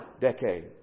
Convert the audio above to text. decade